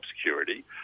security